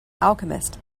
alchemist